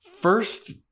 first